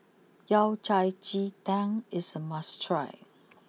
Yao Cai Ji Tang is a must try